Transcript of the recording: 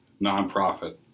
nonprofit